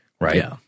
right